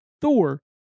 Thor